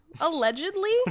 Allegedly